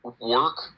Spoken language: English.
work